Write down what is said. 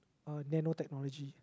uh nano technology